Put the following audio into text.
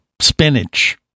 spinach